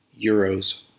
euros